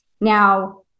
Now